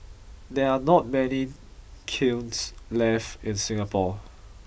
there're not many kilns left in Singapore